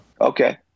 Okay